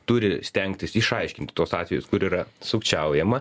turi stengtis išaiškinti tuos atvejus kur yra sukčiaujama